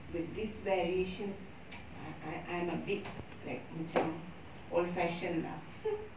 with these variations I I I'm a bit like macam old fashioned lah